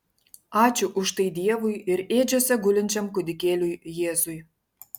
ačiū už tai dievui ir ėdžiose gulinčiam kūdikėliui jėzui